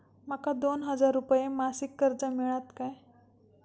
माका दोन हजार रुपये मासिक कर्ज मिळात काय?